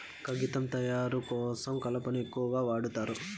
కాగితం తయారు కోసం కలపను ఎక్కువగా వాడుతారు